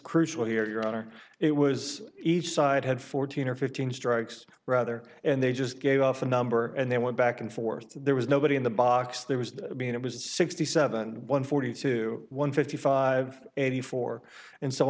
crucial your honor it was each side had fourteen or fifteen strikes rather and they just gave off a number and they went back and forth there was nobody in the box there was being it was sixty seven one forty two one fifty five eighty four and so